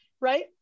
right